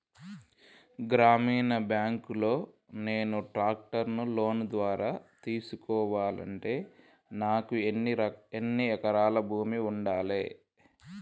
గ్రామీణ బ్యాంక్ లో నేను ట్రాక్టర్ను లోన్ ద్వారా తీసుకోవాలంటే నాకు ఎన్ని ఎకరాల భూమి ఉండాలే?